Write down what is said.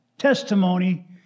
Testimony